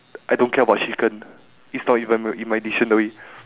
I don't care about chicken it's not even in my dictionary